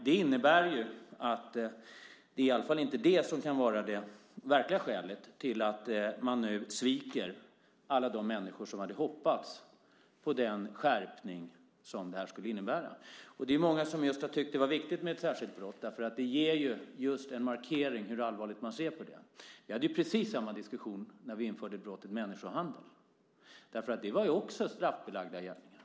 Därför kan det i alla fall inte vara detta som är det verkliga skälet till att man nu sviker alla de människor som hade hoppats på den skärpning som förslaget innebar. Många har ju tyckt det är viktigt med ett särskilt brott för att det ger en markering av hur allvarligt man ser på det. Vi hade ju precis samma diskussion när vi införde brottsrubriceringen människohandel. Det handlade ju också om sådant som redan var straffbelagt.